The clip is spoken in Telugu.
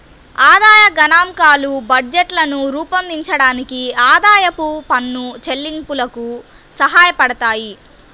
ఆదాయ గణాంకాలు బడ్జెట్లను రూపొందించడానికి, ఆదాయపు పన్ను చెల్లింపులకు సహాయపడతాయి